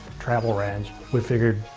travel range we figured,